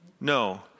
No